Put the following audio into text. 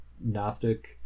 Gnostic